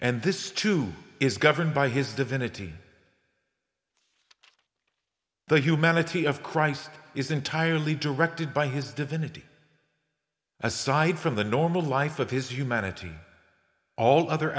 and this too is governed by his divinity the humanity of christ is entirely directed by his divinity aside from the normal life of his humanity all other